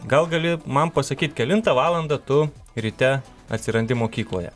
gal gali man pasakyt kelintą valandą tu ryte atsirandi mokykloje